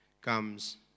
comes